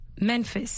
Memphis